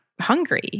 hungry